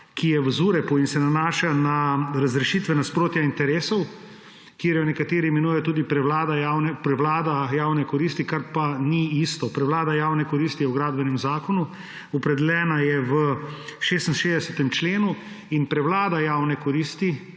ki je v ZUreP in se nanaša na razrešitve nasprotja interesov, ki jo nekateri imenujejo tudi prevlada javne koristi, kar pa ni isto. Prevlada javne koristi je v gradbenem zakonu, opredeljena je v 66. členu. Prevlada javne koristi